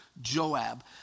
Joab